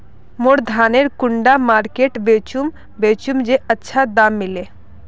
मोर धानेर कुंडा मार्केट त बेचुम बेचुम जे अच्छा दाम मिले?